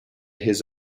his